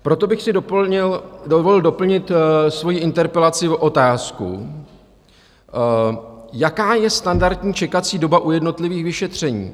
Proto bych si dovolil doplnit svoji interpelaci otázkou, jaká je standardní čekací doba u jednotlivých vyšetření.